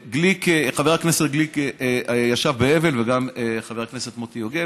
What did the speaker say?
חבר הכנסת גליק ישב באבל וגם חבר הכנסת מוטי יוגב,